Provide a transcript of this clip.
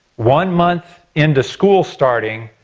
one month into school starting,